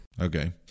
Okay